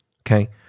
okay